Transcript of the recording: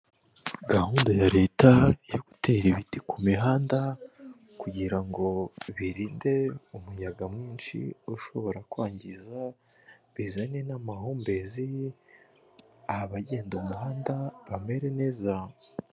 Gahunda ya leta yo gutera ibiti kumihanda, kugira ngo birinde umuyaga mwinshi ushobora kwangiza bizane n'amahumbezi, abagenda umuhanda bamere neza.